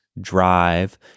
drive